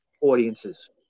audiences